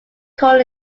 coal